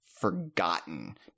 forgotten